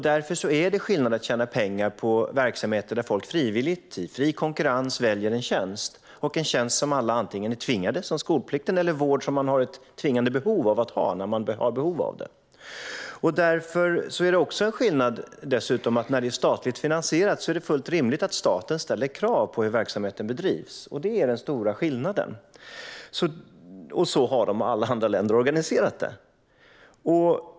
Därför är det skillnad mellan att tjäna pengar på verksamheter där folk frivilligt i fri konkurrens väljer en tjänst och att göra det på en tjänst som alla antingen är tvingade till - såsom skolplikten - eller på vård som man kan ha ett tvingande behov av. En annan skillnad är att det är statligt finansierat, och då är det fullt rimligt att staten ställer krav på hur verksamheten bedrivs. Detta är den stora skillnaden. Så har även alla andra länder organiserat det hela.